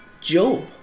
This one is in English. Job